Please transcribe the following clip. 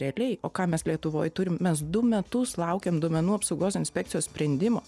realiai o ką mes lietuvoj turime mes du metus laukiam duomenų apsaugos inspekcijos sprendimo